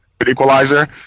equalizer